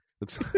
Looks